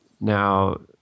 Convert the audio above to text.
Now